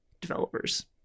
developers